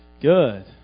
Good